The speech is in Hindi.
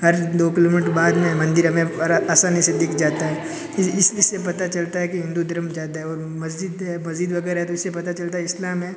हर दो किलोमीटर बाद में मंदिर हमें बर असानी से दिख जाता है इस इससे पता चलता है कि हिन्दू धर्म ज़्यादा है और मस्जिद मस्जिद वग़ैरह तो इससे पता चलता है इस्लाम है